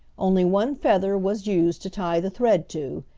only one feather was used to tie the thread to,